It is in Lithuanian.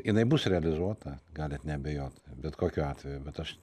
jinai bus realizuota galit neabejot bet kokiu atveju bet aš